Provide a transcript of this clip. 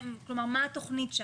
מה התכנית?